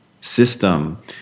system